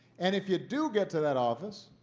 and if you do get to that office,